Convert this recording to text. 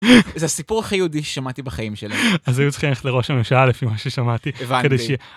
זה הסיפור הכי יהודי שמעתי בחיים שלהם.אז היו צריכים ללכת לראש הממשלה לפי מה ששמעתי...הבנתי! כדי ש...